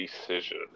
decision